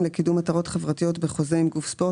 לקידום מטרות חברתיות בחוזה עם גוף ספורט,